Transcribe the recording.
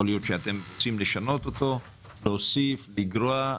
יכול להיות שאתם רוצים לשנות אותו, להוסיף, לגרוע.